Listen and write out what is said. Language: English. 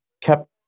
kept